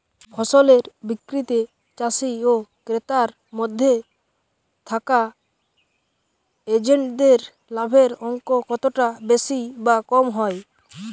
ফসলের বিক্রিতে চাষী ও ক্রেতার মধ্যে থাকা এজেন্টদের লাভের অঙ্ক কতটা বেশি বা কম হয়?